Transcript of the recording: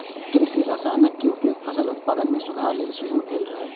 कृषि रसायनक उपयोग फसल उत्पादन मे सुधार लेल शुरू भेल रहै